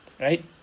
Right